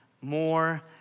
more